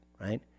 right